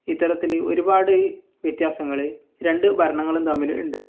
ഇത്തരത്തിൽ ഒരുപാട് വ്യത്യാസങ്ങൾ രണ്ട് ഭരണങ്ങളും തമ്മിൽ ഉണ്ട്